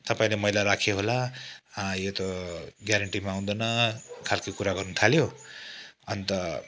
तपाईँले मैला राख्यो होला यो त ग्यारेन्टीमा आउँदैन खाल्के कुरा गर्नुथाल्यो अन्त